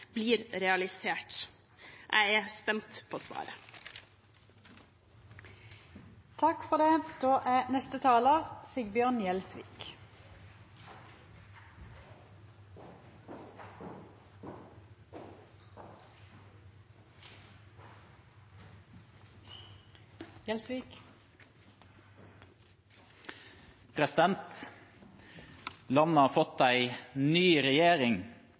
blir realisert? Jeg er spent på svaret. Landet har fått en ny regjering,